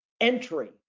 entry